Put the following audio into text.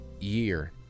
year